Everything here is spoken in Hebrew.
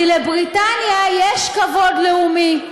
כי לבריטניה יש כבוד לאומי.